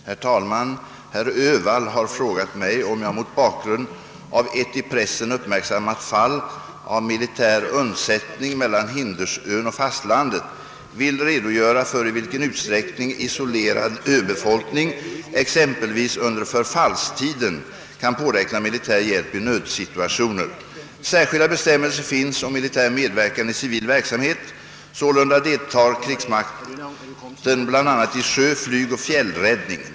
Herr talman! Herr Öhvall har frågat mig, om jag mot bakgrund av ett i pressen uppmärksammat fall av militär undsättning mellan Hindersön och fastlandet vill redogöra för i vilken utsträckning isolerad öbefolkning exempelvis under förfallstiden kan påräkna militär hjälp i nödsituationer. Särskilda bestämmelser finns om militär medverkan i civil verksamhet. Sålunda deltar krigsmakten bl.a. i sjö-, flygoch fjällräddning.